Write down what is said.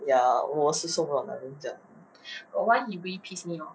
ya 我是受不了男人这样